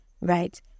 right